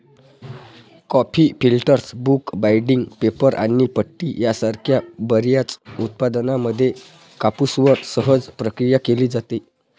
coffee filters, book binding, paper आणि पट्टी यासारख्या बर्याच उत्पादनांमध्ये कापूसवर सहज प्रक्रिया केली जाते